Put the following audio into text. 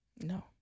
No